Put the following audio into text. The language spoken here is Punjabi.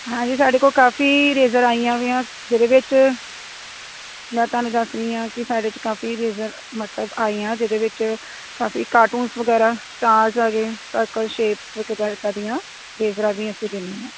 ਹਾਂਜੀ ਸਾਡੇ ਕੋਲ ਕਾਫ਼ੀ ਰੇਜਰ ਆਈਆਂ ਵੀ ਹਾਂ ਜਿਹਦੇ ਵਿੱਚ ਮੈਂ ਤੁਹਾਨੂੰ ਦੱਸ ਰਹੀ ਹਾਂ ਕਿ ਸਾਡੇ 'ਚ ਕਾਫ਼ੀ ਰੇਜਰ ਮਤਲਬ ਆਈਆਂ ਜਿਹਦੇ ਵਿੱਚ ਕਾਫ਼ੀ ਕਾਰਟੂਨਸ ਵਗੈਰਾ ਸਟਾਰਜ਼ ਆਗੇ ਸਰਕਲ ਸ਼ੇਪਸ ਇੱਦਾਂ ਦੀਆਂ ਰੇਜਰਾਂ ਵੀ ਅਸੀਂ ਦਿੰਦੇ ਹਾਂ